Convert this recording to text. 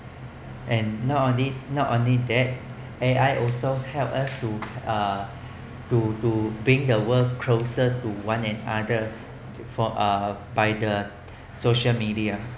and not only not only that A_I also helps us to uh to to bring the world closer to one another for uh by the social media